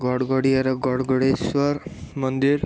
ଗଡ଼ଗଡ଼ିଆର ଗଡ଼ଗଡ଼େଶ୍ଵର ମନ୍ଦିର